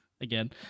again